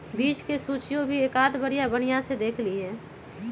बीज के सूचियो भी एकाद बेरिया बनिहा से देख लीहे